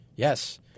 Yes